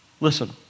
listen